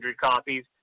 copies